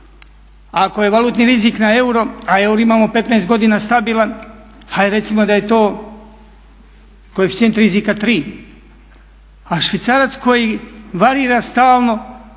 ako je valutni rizik na eura a euro imamo 15 godina stabilan ajde recimo da je to koeficijent rizika 3, a švicarac koji varira stalno